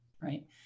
right